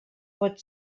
pot